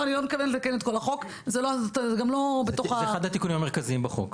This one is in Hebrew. אני לא מתכוונת לתקן את כל החוק --- זה אחד התיקונים המרכזיים בחוק.